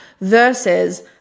Versus